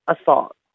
assault